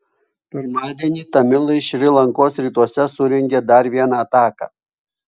pirmadienį tamilai šri lankos rytuose surengė dar vieną ataką